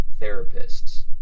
therapists